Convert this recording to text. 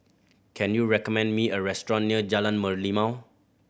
can you recommend me a restaurant near Jalan Merlimau